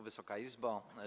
Wysoka Izbo!